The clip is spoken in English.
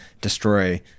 destroy